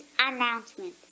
announcement